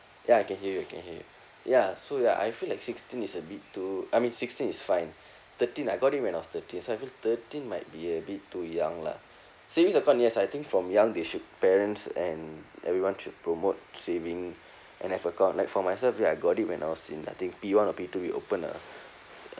ya I can hear you I can hear you so ya I feel like sixteen is a bit too I mean sixteen is fine thirteen I got it when I was thirteen so I feel thirteen might be a bit too young lah savings account yes I think from young they should parents and everyone should promote saving and I forgot like for myself already I got it when I was in I think P one or P two we open a